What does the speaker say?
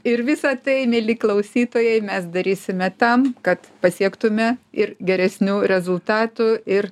ir visa tai mieli klausytojai mes darysime tam kad pasiektume ir geresnių rezultatų ir